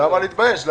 למה להתבייש?